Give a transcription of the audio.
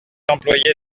employé